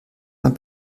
man